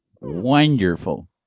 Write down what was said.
Wonderful